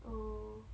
oh